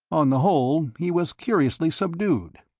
on the whole, he was curiously subdued.